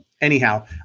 anyhow